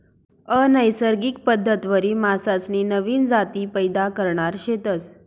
अनैसर्गिक पद्धतवरी मासासनी नवीन जाती पैदा करणार शेतस